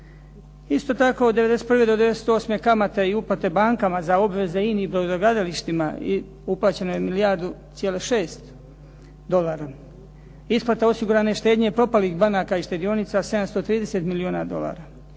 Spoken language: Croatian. Isto tako od '91. do '98. kamate i uplate bankama za obveze INA-i i brodogradilištima uplaćeno je milijardu cijela 6 dolara, isplata osigurane štednje propalih banaka i štedionica 730 milijuna dolara,